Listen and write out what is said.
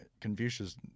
Confucius